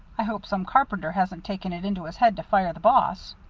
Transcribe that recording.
i hope some carpenter hasn't taken it into his head to fire the boss.